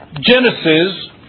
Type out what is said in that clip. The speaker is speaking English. Genesis